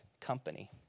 company